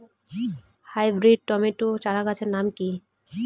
Hybrid tomato চারাগাছের নাম কি?